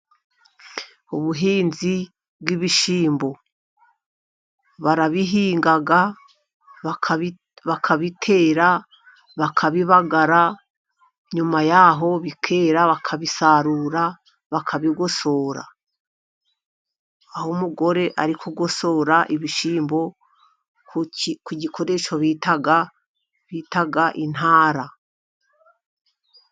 Ubuhinzi bw'ibishyimbo barabihinga, bakabitera, bakabibagara, nyuma yaho bikera bakabisarura, bakabigosora, aho umugore ari kugosora ibishyimbo, ku gikoresho bita intara.